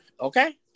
okay